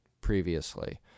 previously